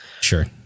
Sure